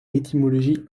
étymologie